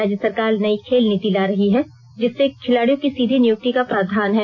राज्य सरकार नई खेल नीति ला रही है जिसमें खिलाड़ियों की सीधी नियुक्ति का प्रावधान है